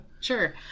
sure